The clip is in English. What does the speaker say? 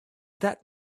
that